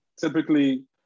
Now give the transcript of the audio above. typically